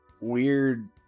weird